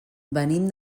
venim